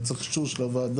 אם צריך אישור של הוועדה.